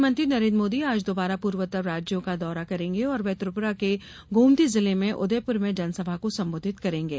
प्रधानमंत्री नरेन्द्र मोदी आज दोबारा पूर्वोत्तर राज्यों का दौरा करेंगे और वह त्रिपुरा के गोमती जिले में उदेपुर में जनसभा को सम्बोधित करेंगे